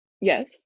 Yes